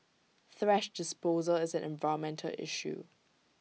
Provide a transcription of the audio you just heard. thrash disposal is an environmental issue